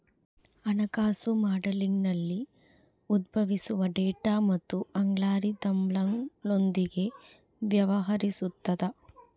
ಹಣಕಾಸು ಮಾಡೆಲಿಂಗ್ನಲ್ಲಿ ಉದ್ಭವಿಸುವ ಡೇಟಾ ಮತ್ತು ಅಲ್ಗಾರಿದಮ್ಗಳೊಂದಿಗೆ ವ್ಯವಹರಿಸುತದ